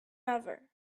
ever